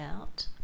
out